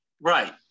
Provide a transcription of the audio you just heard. right